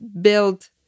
build